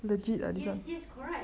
yes yes correct